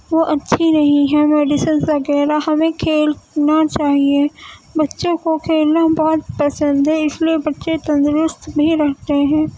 وہ اچھی نہیں ہیں میڈیسینس وغیرہ ہمیں کھیلنا چاہیے بچوں کو کھیلنا بہت پسند ہے اِس لیے بچے تندرست بھی رہتے ہیں